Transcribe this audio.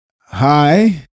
hi